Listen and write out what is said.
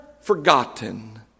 forgotten